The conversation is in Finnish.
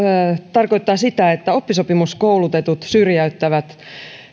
tarkoittaa sitä että oppisopimuskoulutetut syrjäyttävät